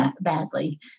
badly